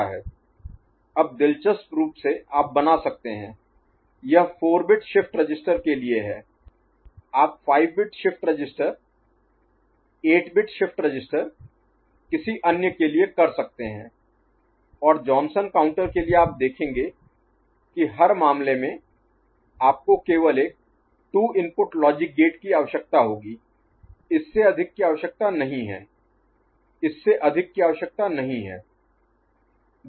Y QR' अब दिलचस्प रूप से आप बना सकते हैं यह 4 बिट शिफ्ट रजिस्टर के लिए है आप 5 bit shift register 8 bit shift register किसी अन्य के लिए कर सकते हैं और जॉनसन काउंटर के लिए आप देखेंगे कि हर मामले में आपको केवल एक 2 इनपुट लॉजिक गेट की आवश्यकता होगी इससे अधिक की आवश्यकता नहीं है इससे अधिक की आवश्यकता नहीं है